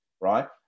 right